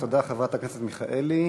תודה, חברת הכנסת מיכאלי.